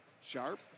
Sharp